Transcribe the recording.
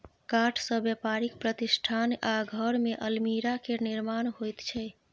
काठसँ बेपारिक प्रतिष्ठान आ घरमे अलमीरा केर निर्माण होइत छै